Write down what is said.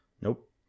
Nope